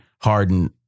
Harden